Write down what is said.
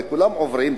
וכולם עוברים,